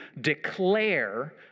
declare